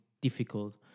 difficult